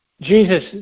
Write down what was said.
Jesus